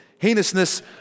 heinousness